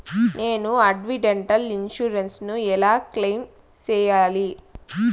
నేను accidental insurance ను ఎలా క్లెయిమ్ సేయాలి?